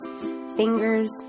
fingers